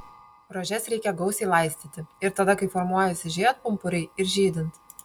rožes reikia gausiai laistyti ir tada kai formuojasi žiedpumpuriai ir žydint